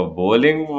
bowling